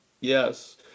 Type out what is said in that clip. Yes